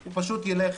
הוא פשוט ילך